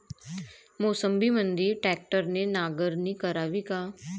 मोसंबीमंदी ट्रॅक्टरने नांगरणी करावी का?